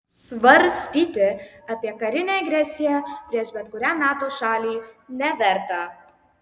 svarstyti apie karinę agresiją prieš bet kurią nato šalį neverta